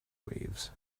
waves